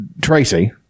Tracy